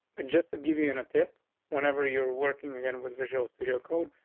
but just to give you an a tip whenever you're working again with visuals to your code,